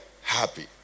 happy